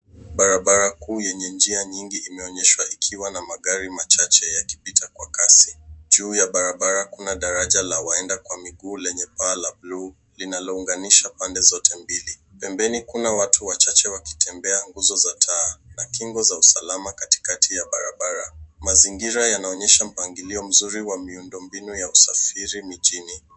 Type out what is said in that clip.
Barabara kuu yenye njia nyingi imeonyeshwa ikiwa na magari machache yakipita kwa kasi. Juu ya barabara kuna daraja la waenda kwa miguu lenye paa la buluu linalounganisha pande zote mbili. Pembeni kuna watu wachache wakitembea. Nguzo za taa na kingo za usalama katikati ya barabara. Mazingira yanaonyesha mpangilio mzuri wa miundombinu ya usafiri mijini.